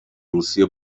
روسیه